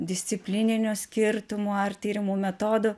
disciplininių skirtumų ar tyrimų metodų